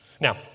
Now